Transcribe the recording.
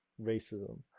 racism